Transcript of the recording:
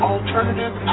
Alternative